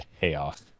payoff